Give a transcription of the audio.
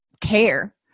care